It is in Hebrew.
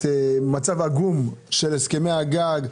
מצב עגום של הסכמי הגג,